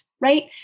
Right